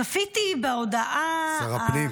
צפיתי בהודעה --- שר הפנים,